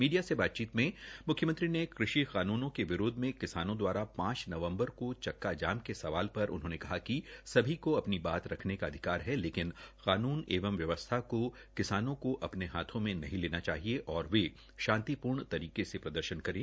media से बातचीत में म्ख्यमंत्री ने कृषि कानूनों के विरोध में किसानों दवारा पांच नवम्बर को चक्का जाम के सवाल में उन्होंने कहा कि सभी को अपनी बात रखने का अधिकार है लेकिन कानुन एवं व्यवस्था को किसानों को अपने हाथों में नहीं लेना चाहिए और वे शांतिपूर्ण तरीके से प्रदर्शन करे